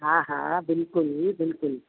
हा हा बिल्कुलु बिल्कुलु